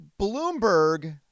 Bloomberg